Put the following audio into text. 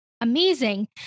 amazing